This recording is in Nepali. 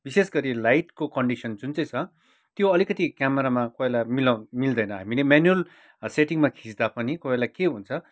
विशेष गरी लाइटको कन्डिसन जुन चाहिँ छ त्यो अलिकति क्यामेरामा कोही बेला मिलाउनु मिल्दैन हामीले म्यानुल सेटिङमा खिच्दा पनि कोही बेला के हुन्छ